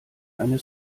eine